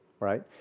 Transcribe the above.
Right